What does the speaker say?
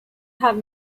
have